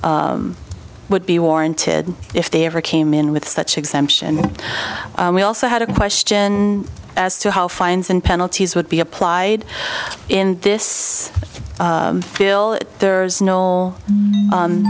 would be warranted if they ever came in with such exemption and we also had a question as to how fines and penalties would be applied in this bill there's no